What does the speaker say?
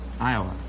Iowa